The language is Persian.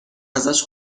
ازش